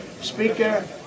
speaker